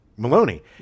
Maloney